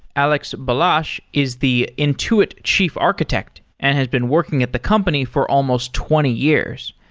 alex balazs is the intuit chief architect and has been working at the company for almost twenty years.